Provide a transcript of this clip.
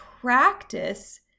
practice